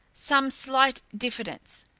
some slight diffidence,